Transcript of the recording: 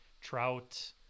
Trout